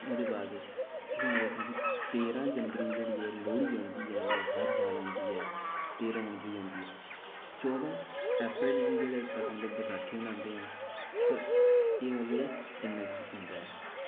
ओहदे बाद तुसेंगी में दस्सां केह् तेरां जनवरी गी जेह्ड़ी ऐ लोह्ड़ी औंदी ऐ हर साल औंदी ऐ तेरां जनवरी गी औंदी ऐ चौदां अप्रैल गी जेह्ड़ा अस लोक बसाखी मनांदे आं पर एह् मतलब इन्ना चिर होंदा ऐ